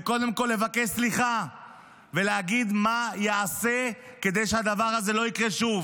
וקודם כל לבקש סליחה ולהגיד מה יעשה כדי שהדבר הזה לא יקרה שוב.